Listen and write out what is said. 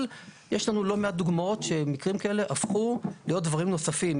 אבל יש לנו לא מעט דוגמאות שמקרים כאלה הפכו להיות דברים נוספים,